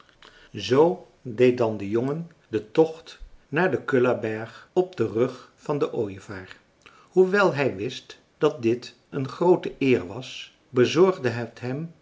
zoo deed dan de jongen den tocht naar den kullaberg op den rug van den ooievaar hoewel hij wist dat dit een groote eer was bezorgde het hem